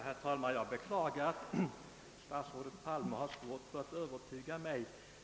Herr talman! Jag beklagar att statsrådet Palme har svårt att övertyga mig.